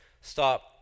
stop